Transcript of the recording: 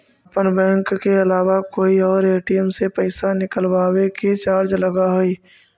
अपन बैंक के अलावा कोई और ए.टी.एम से पइसा निकलवावे के चार्ज लगऽ हइ